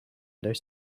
those